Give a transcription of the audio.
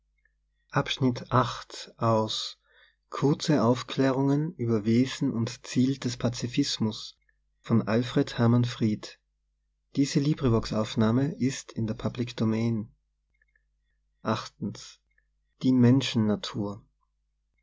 kurze aufklärungen über wesen und ziel des pazifismus von